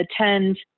attend